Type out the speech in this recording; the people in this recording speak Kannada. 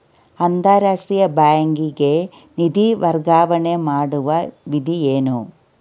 ಅಂತಾರಾಷ್ಟ್ರೀಯ ಬ್ಯಾಂಕಿಗೆ ನಿಧಿ ವರ್ಗಾವಣೆ ಮಾಡುವ ವಿಧಿ ಏನು?